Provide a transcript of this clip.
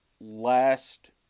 last